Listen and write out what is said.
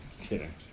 Kidding